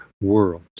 world